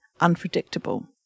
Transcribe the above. Unpredictable